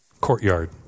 courtyard